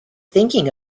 thinking